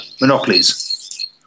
monopolies